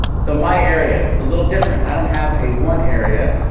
so my area, it's a little different. i don't have a one area,